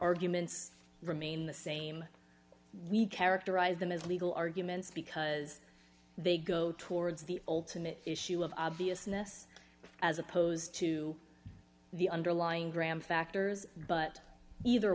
arguments remain the same we characterize them as legal arguments because they go towards the ultimate issue of obviousness as opposed to the underlying graham factors but either